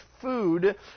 food